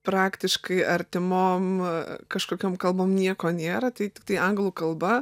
praktiškai artimom kažkokiom kalbom nieko nėra tai tiktai anglų kalba